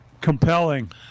compelling